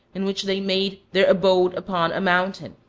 in which they made their abode upon a mountain.